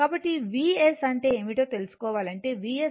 కాబట్టి Vs అంటే ఏమిటో తెలుసుకోవాలంటే Vs అంటే ఏమిటి